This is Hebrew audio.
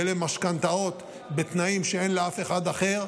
ולמשכנתאות בתנאים שאין לאף אחד אחר,